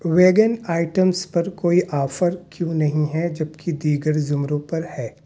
vegan items پر کوئی offer کیوں نہیں ہے جب کہ دیگر زمروں پر ہے